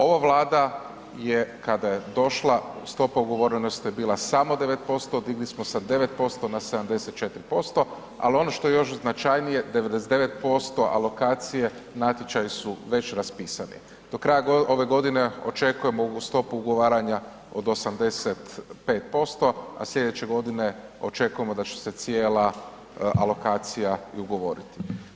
Ova Vlada je kada je došla stopa ugovorenosti je bila samo 9%, digli smo sa 9% na 74%, al ono što je još značajnije 99% alokacije natječaji su već raspisani, do kraja ove godine očekujemo ovu stopu ugovaranja od 85%, a slijedeće godine očekujemo da će se cijela alokacija i ugovoriti.